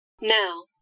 Now